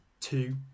two